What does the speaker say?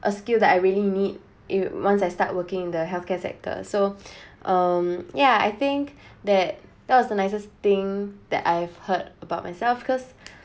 a skill that I really need it once I start working in the health care sector so um yeah I think that that was the nicest thing that I've heard about myself because